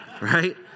Right